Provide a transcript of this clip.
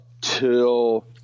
till